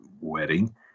wedding